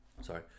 Sorry